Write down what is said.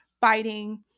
fighting